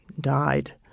died